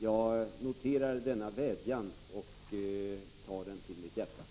Jag noterar denna vädjan och tar den till mitt hjärta.